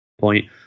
point